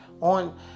on